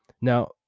Now